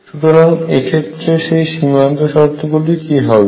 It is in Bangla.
সুতরাং এক্ষেত্রে সেই সীমান্ত শর্ত গুলি কি হবে